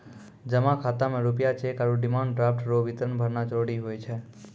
जमा खाता मे रूपया चैक आरू डिमांड ड्राफ्ट रो विवरण भरना जरूरी हुए छै